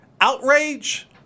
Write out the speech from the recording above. outrage